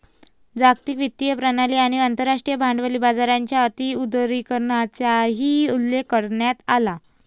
जागतिक वित्तीय प्रणाली आणि आंतरराष्ट्रीय भांडवली बाजाराच्या अति उदारीकरणाचाही उल्लेख करण्यात आला